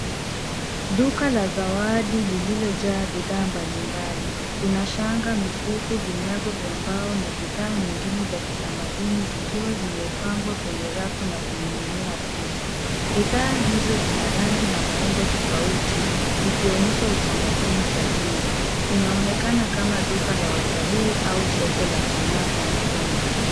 Duka la zawadi lililojaa bidhaa mbalimbali. Kuna shanga, mikufu, vinyago vya mbao na bidhaa nyingine za kitamaduni zikiwa zimepangwa kwenye rafu na kuning'inia kuta. Bidhaa hizo zina rangi na maumbo tofauti zikionyesha utamaduni tajiri. Inaonekana kama duka la watalii au soko la sanaa za mikono.